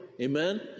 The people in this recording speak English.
amen